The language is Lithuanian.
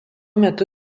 metu